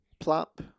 plop